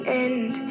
end